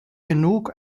genug